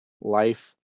life